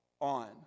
on